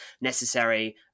necessary